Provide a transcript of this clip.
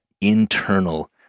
internal